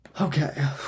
Okay